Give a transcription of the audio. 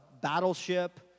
battleship